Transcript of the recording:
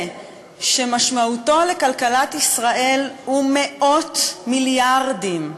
שמשמעותו לכלכלת ישראל היא מאות מיליארדים,